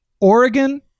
Oregon